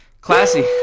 Classy